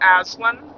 Aslan